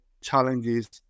challenges